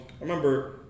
remember